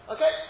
Okay